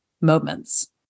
moments